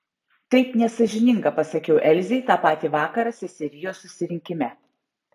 taip nesąžininga pasakiau elzei tą patį vakarą seserijos susirinkime